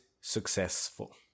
successful